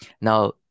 now